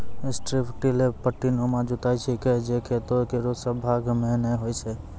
strip till पट्टीनुमा जुताई छिकै जे खेतो केरो सब भाग म नै होय छै